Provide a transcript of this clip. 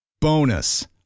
Bonus